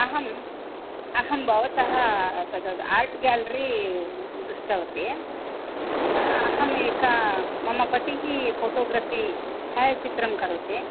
अहम् अहं भवतः आर्ट् गेलरी दृष्टवती अहम् एका मम पतिः फ़ोटोग्रफ़ि छायाचित्रं करोति